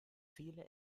viele